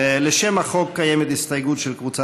לשם החוק קיימת הסתייגות של חברי